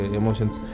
emotions